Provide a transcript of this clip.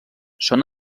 són